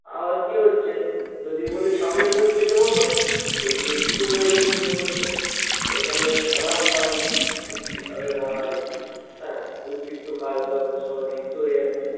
আবার কী হচ্ছে যদি বলি সামনের বেঞ্চে বসো সে গিয়ে পিছনের বেঞ্চে বসছে তো ওখানে নানান তাল বুদ্ধি তাদের মাথায় হ্যাঁ দুর্বৃত্ত কাজ বাজে সবাই লিপ্ত হয়ে যাচ্ছে